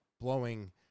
blowing